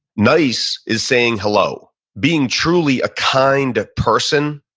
nice is saying, hello. being truly a kind of person,